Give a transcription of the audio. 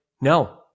no